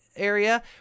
Area